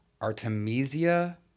Artemisia